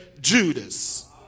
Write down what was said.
Judas